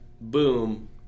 boom